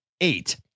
eight